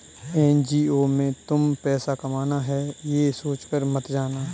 NGO में तुम पैसा कमाना है, ये सोचकर मत जाना